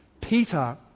Peter